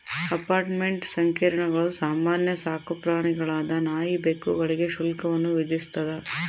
apartment ಸಂಕೀರ್ಣಗಳು ಸಾಮಾನ್ಯ ಸಾಕುಪ್ರಾಣಿಗಳಾದ ನಾಯಿ ಬೆಕ್ಕುಗಳಿಗೆ ಶುಲ್ಕವನ್ನು ವಿಧಿಸ್ತದ